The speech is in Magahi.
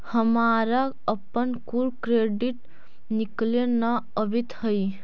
हमारा अपन कुल क्रेडिट निकले न अवित हई